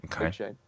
okay